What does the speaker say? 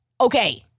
okay